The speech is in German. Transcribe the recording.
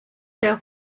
der